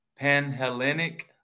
Panhellenic